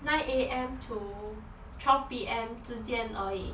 nine A_M to twelve P_M 之间而已